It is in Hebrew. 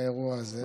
האירוע הזה.